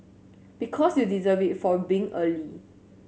because you deserve it for being early